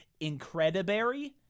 Incrediberry